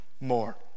more